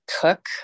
cook